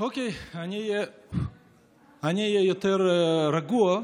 אני אהיה יותר רגוע.